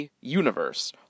Universe